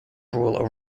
rule